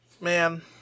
man